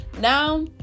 Now